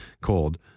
cold